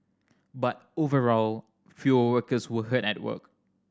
but overall fewer workers were hurt at work